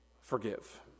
Forgive